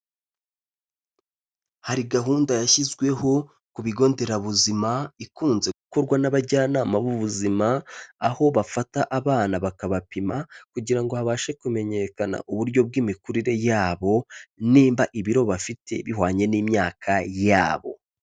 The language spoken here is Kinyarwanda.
Hari gahunda yashyizweho ku bigo nderabuzima, ikunze gukorwa n'abajyanama b'ubuzima, aho bafata abana bakabapima, kugira ngo habashe kumenyekana uburyo bw'imikurire yabo nimba ibiro bafite bihwanye n'imyaka yabo.